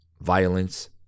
violence